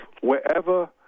wherever